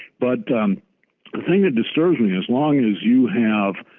but the thing that disturbs me, as long as you have